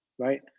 right